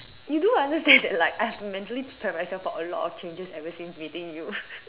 you do understand that like I have to mentally prepare myself for a lot of changes ever since meeting you